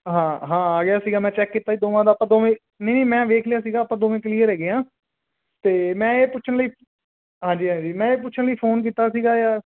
ਹਾਂ ਹਾਂ ਆ ਗਿਆ ਸੀਗਾ ਮੈਂ ਚੈੱਕ ਕੀਤਾ ਸੀ ਦੋਵਾਂ ਦਾ ਆਪਾਂ ਦੋਵੇਂ ਨਹੀਂ ਨਹੀਂ ਮੈਂ ਵੇਖ ਲਿਆ ਸੀਗਾ ਆਪਾਂ ਦੋਵੇਂ ਕਲੀਅਰ ਹੈਗੇ ਹਾਂ ਤਾਂ ਮੈਂ ਇਹ ਪੁੱਛਣ ਲਈ ਹਾਂਜੀ ਹਾਂਜੀ ਮੈਂ ਇਹ ਪੁੱਛਣ ਲਈ ਫੋਨ ਕੀਤਾ ਸੀਗਾ ਯਾਰ